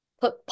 put